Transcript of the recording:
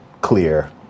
clear